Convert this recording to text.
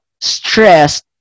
stressed